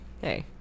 hey